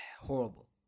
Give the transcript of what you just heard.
horrible